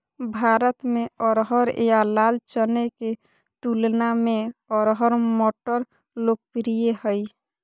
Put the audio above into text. भारत में अरहर या लाल चने के तुलना में अरहर मटर लोकप्रिय हइ